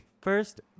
First